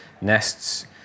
nests